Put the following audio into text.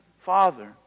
Father